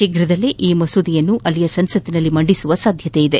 ಶೀಘ್ರವೇ ಈ ಮಸೂದೆಯನ್ನು ಅಲ್ಲಿಯ ಸಂಸತ್ತಿನಲ್ಲಿ ಮಂಡಿಸುವ ಸಾಧ್ಯತೆ ಇದೆ